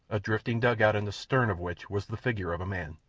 a drifting dugout in the stern of which was the figure of a man.